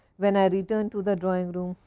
when i returned to the drawing room,